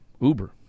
uber